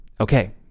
Okay